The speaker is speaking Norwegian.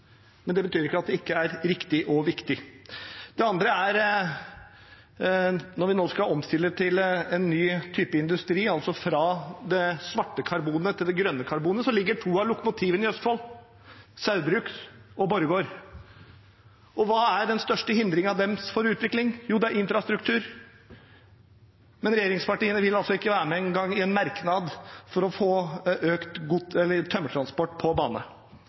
men det betyr ikke at det ikke er riktig og viktig. Det ene er at når vi nå skal omstille til en ny type industri, altså fra det svarte karbonet til det grønne karbonet, ligger to av lokomotivene i Østfold: Saugbrugs og Borregaard. Og hva er den største hindringen deres for utvikling? Jo, det er infrastruktur. Men regjeringspartiene vil altså ikke engang være med på en merknad for å få økt tømmertransport på bane.